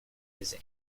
his